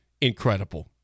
incredible